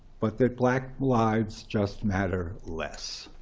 but that black lives just matter less.